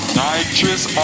nitrous